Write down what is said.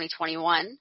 2021